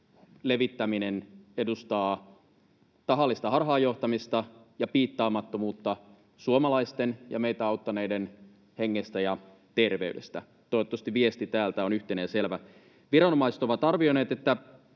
levittäminen edustaa tahallista harhaanjohtamista ja piittaamattomuutta suomalaisten ja meitä auttaneiden hengestä ja terveydestä. Toivottavasti viesti täältä on yhteinen ja selvä. Viranomaiset ovat arvioineet, että